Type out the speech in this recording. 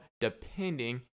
depending